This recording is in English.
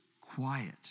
quiet